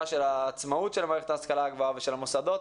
של עצמאות מערכת ההשכלה הגבוהה ושל המוסדות,